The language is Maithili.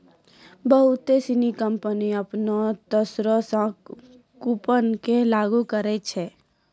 बहुते सिनी कंपनी अपनो स्तरो से कूपन के लागू करै छै